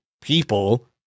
people